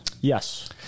Yes